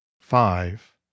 five